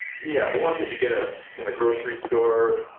yeah, the ones that you get ah the a grocery store,